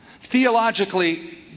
theologically